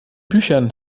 büchern